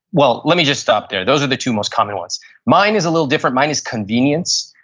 well, let me just stop there, those are the two most common ones mine is a little different. mine is convenience.